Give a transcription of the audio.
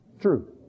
True